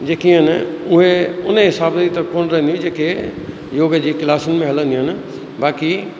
जेके आहिनि उहे उन हिसाब जी तरफ़ूं अथनि जेके योग जी क्लासिन में हलंदियूं आहिनि बाक़ी